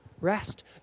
rest